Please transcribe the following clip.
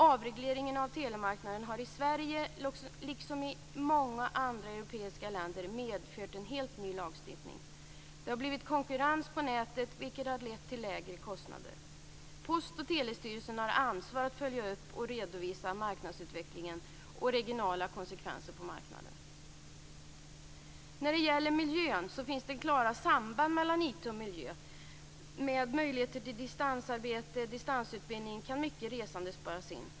Avregleringen av telemarknaden har i Sverige liksom i många andra europeiska länder medfört en helt ny lagstiftning. Det har blivit konkurrens på nätet vilket har lett till lägre kostnader. Post och telestyrelsen har ansvar för att följa upp och redovisa marknadsutvecklingen och regionala konsekvenser på marknaden. Det finns klara samband mellan IT och miljö. Med möjlighet till distansarbete och distansutbildning kan mycket resande sparas in.